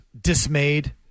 dismayed